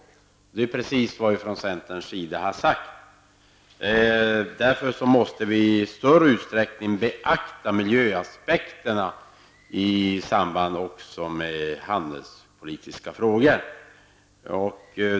Detta är precis vad vi från centerns sida har sagt. Vi måste därför i större utsträckning beakta miljöaspekterna också i samband med handelspolitiska frågor.